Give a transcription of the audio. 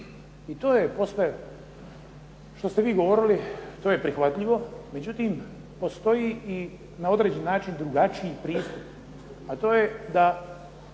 je posve, što ste vi govorili to je prihvatljivo, međutim postoji i na određeni način drugačiji pristup, a to je da